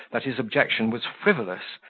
that his objection was frivolous,